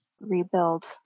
rebuild